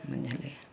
बुझलिए